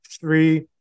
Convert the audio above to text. three